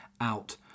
out